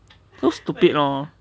so stupid lor